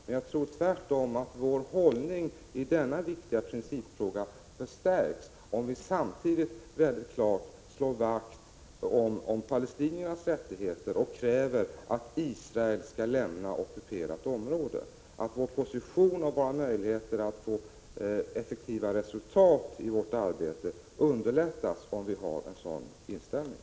Men jag tror att vår hållning i denna viktiga principfråga förstärks om vi samtidigt mycket klart slår vakt om palestiniernas rättigheter och kräver att Israel skall lämna ockuperat område. Vår position och våra möjligheter att nå effektiva resultat i vårt arbete underlättas om vi har en sådan inställning.